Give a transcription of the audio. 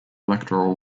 electoral